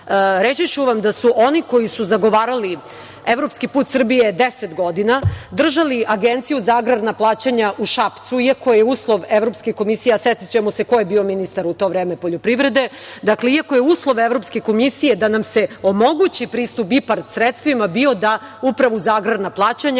ću vam da su oni koji su zagovarali evropski put Srbije 10 godina, držali Agenciju za agrarna plaćanja u Šapcu, iako je uslove Evropske komisije, a setićemo se ko je bio ministar u to vreme poljoprivrede, dakle, iako je uslov Evropske komisije da nam se omogući pristup IPARD sredstvima bio da Upravu za agrarna plaćanja